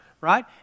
right